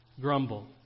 grumble